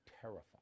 Terrified